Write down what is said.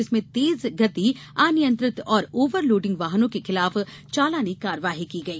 जिसमें तेज गति अनियंत्रित और ओवर लोडिंग वाहनों के खिलाफ चालानी कार्यवाही की गई